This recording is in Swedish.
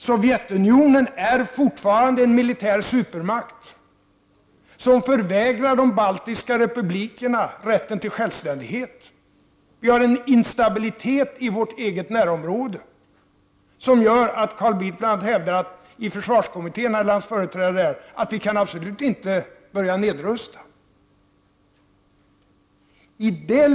Sovjetunionen är fortfarande en militär supermakt som förvägrar de baltiska republikerna rätten till självständighet. Vi har en instabilitet i vårt eget närområde som gör att Carl Bildt ibland hävdar, eller hans företrädare i försvarskommittén, att vi absolut inte kan börja nedrusta.